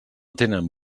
tenen